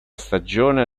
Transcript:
stagione